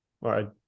right